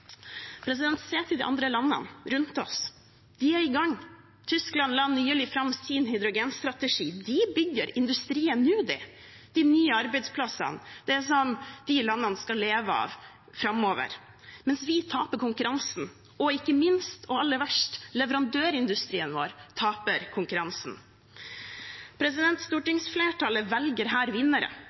De andre landene rundt oss er i gang. Tyskland la nylig fram sin hydrogenstrategi. De bygger industrien nå – de nye arbeidsplassene, det de landene skal leve av framover – mens vi taper konkurransen. Ikke minst, og aller verst: Leverandørindustrien vår taper konkurransen. Stortingsflertallet velger her vinnere.